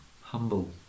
humble